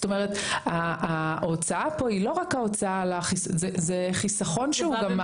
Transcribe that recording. אני חושב שאם הוועדה המייעצת במשרד הבריאות קבעה שזה החיסון שמתאים,